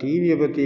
டிவியை பற்றி